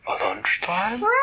lunchtime